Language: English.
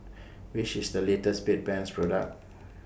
Which IS The latest Bedpans Product